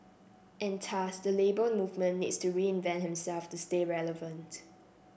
and thus the Labour Movement needs to reinvent themself to stay relevant